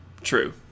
True